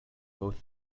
both